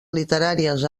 literàries